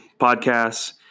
podcasts